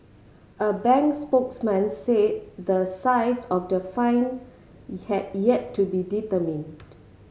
a bank spokesman say the size of the fine yet to be determined